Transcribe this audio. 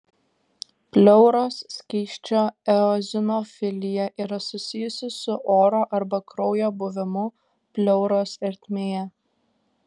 pleuros skysčio eozinofilija yra susijusi su oro arba kraujo buvimu pleuros ertmėje